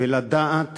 ולדעת